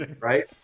right